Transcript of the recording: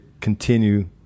continue